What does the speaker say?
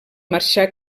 marxà